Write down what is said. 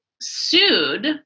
sued